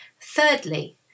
Thirdly